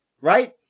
Right